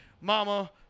Mama